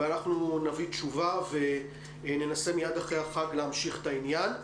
ואנחנו נביא תשובה וננסה מייד אחרי החג להמשיך את העניין.